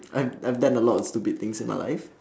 I've I've done a lot of stupid things in my life